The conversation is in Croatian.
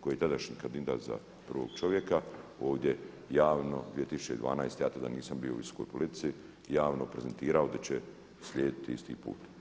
koji je tadašnji kandidat za prvog čovjeka ovdje javno 2012., ja tada nisam bio u politici, javno prezentirao da će slijediti isti put.